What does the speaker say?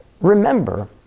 Remember